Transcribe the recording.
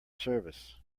service